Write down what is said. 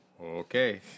Okay